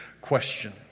question